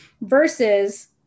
versus